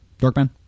Dorkman